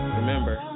remember